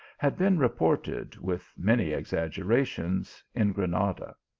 had been reported with many exaggerations in granada.